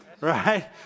Right